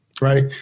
right